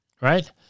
right